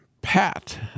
pat